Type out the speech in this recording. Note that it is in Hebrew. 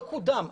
לא קודם.